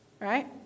Right